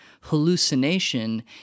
hallucination